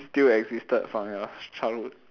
still existed from your childhood